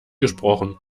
gesprochen